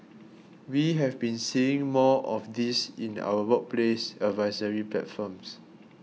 we have been seeing more of this in our workplace advisory platforms